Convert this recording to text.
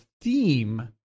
theme